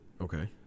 Okay